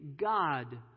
God